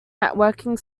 networking